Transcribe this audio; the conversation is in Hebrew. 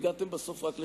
הגעתם בסוף רק לשלושה.